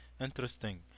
interesting